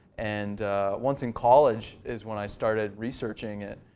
and once in college is when i started researching it.